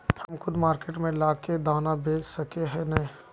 हम खुद मार्केट में ला के दाना बेच सके है नय?